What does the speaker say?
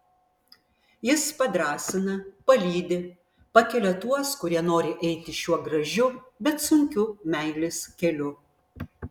jis padrąsina palydi pakelia tuos kurie nori eiti šiuo gražiu bet sunkiu meilės keliu